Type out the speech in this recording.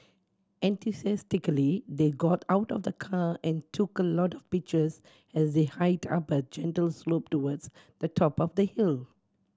enthusiastically they got out of the car and took a lot of pictures as they hiked up a gentle slope towards the top of the hill